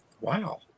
Wow